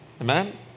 Amen